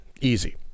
Easy